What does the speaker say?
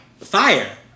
fire